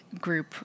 group